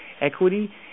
equity